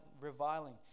reviling